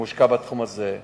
שמושקע בתחום הזה.